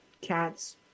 cats